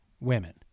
women